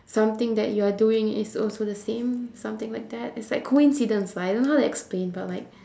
something that you're doing is also the same something like that is like coincidence lah I don't know how to explain but like